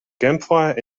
campfire